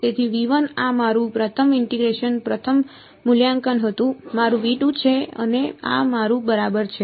તેથી આ મારું પ્રથમ ઇન્ટીગ્રેશન પ્રથમ વોલ્યુમ હતું આ મારું છે અને આ મારું બરાબર છે